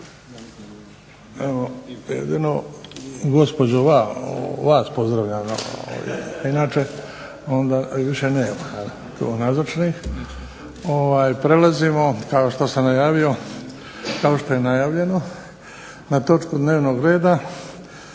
evo gospođo vas pozdravljam jedino inače onda više nema tu nazočnih. Prelazimo kao što je najavljeno na točku dnevnog reda